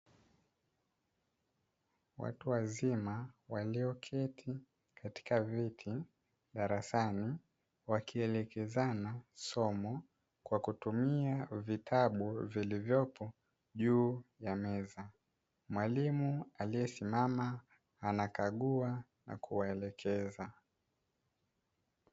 Watu wazima walioketi katika viti darasani wakielekezana somo kwa kutumia vitabu vilivyopo juu ya meza, mwalimu aliyesimama anakagua na kuwaelekeza.